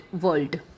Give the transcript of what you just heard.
world